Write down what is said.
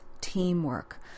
teamwork